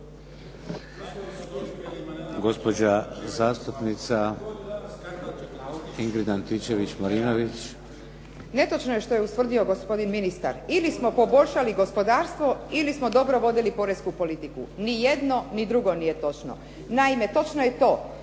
Gospođa zastupnica Ingrid Antičević-Marinović. **Antičević Marinović, Ingrid (SDP)** Netočno je utvrdio gospodin ministar ili smo poboljšali gospodarstvo ili smo dobro vodili poresku politiku. Ni jedno, ni drugo nije točno. Naime, točno je to